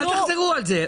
אל תחזרו על זה.